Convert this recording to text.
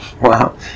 Wow